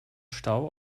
stau